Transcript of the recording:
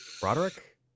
broderick